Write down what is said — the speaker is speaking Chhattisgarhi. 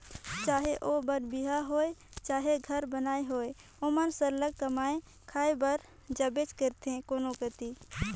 चहे ओ बर बिहा होए चहे घर बनई होए ओमन सरलग कमाए खाए बर जाबेच करथे कोनो कती